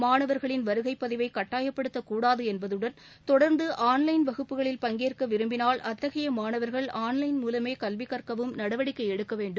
மாணவர்களின் வருகை பதிவை கட்டாயப்படுத்தக்கூடாது என்பதுடன் தொடர்ந்து ஆன்லைன் வகுப்புகளில் பங்கேற்க விரும்பினால் அத்தகைய மாணவர்கள் ஆன்லைன் மூலமே கல்வி கற்கவும் நடவடிக்கை எடுக்க வேண்டும்